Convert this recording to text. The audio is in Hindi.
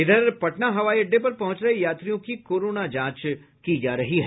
उधर पटना हवाई अड्डे पर पहुंच रहे यात्रियों की कोरोना जांच की जा रही है